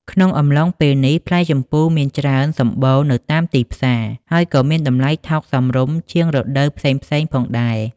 ក្នុងអំឡុងពេលនេះ ផ្លែជម្ពូមានច្រើនសម្បូរនៅតាមទីផ្សារ ហើយក៏មានតម្លៃថោកសមរម្យជាងរដូវផ្សេងៗផងដែរ។